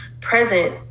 present